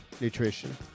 nutrition